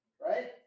right